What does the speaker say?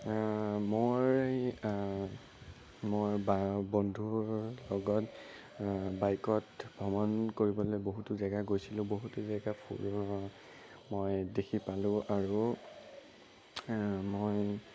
মোৰ মোৰ বন্ধুৰ লগত বাইকত ভ্ৰমণ কৰিবলৈ বহুতো জেগা গৈছিলোঁ বহুতো জেগা মই দেখি পালোঁ আৰু মই